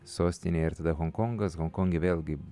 sostinėje ir tada honkongas honkonge vėlgi